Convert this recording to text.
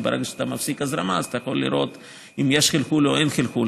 כי ברגע שאתה מפסיק הזרמה אתה יכול לראות אם יש חלחול או אין חלחול,